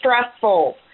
stressful